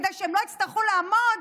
כדי שהם לא יצטרכו לעמוד